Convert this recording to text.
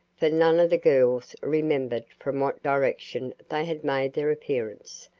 for none of the girls remembered from what direction they had made their appearance,